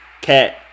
cat